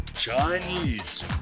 Chinese